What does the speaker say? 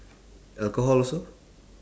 alcohol also